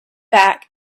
back